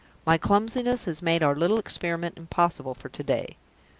my clumsiness has made our little experiment impossible for to-day.